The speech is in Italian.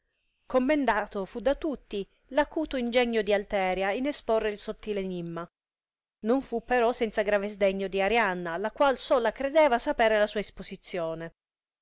commendato fu da tutti acuto ingegno di alteria in esponere il sottil enimma non però fu senza grave sdegno di arianna la qual sola credeva sapere la sua isposizione